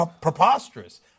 preposterous